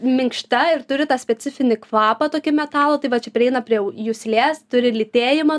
minkšta ir turi tą specifinį kvapą tokį metalo tai va čia prieina prie juslės turi lytėjimą